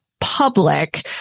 public